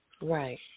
right